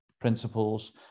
principles